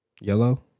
Yellow